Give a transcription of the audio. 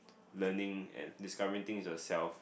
learning and discovering things yourself